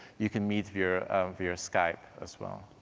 you can meet via via skype as well.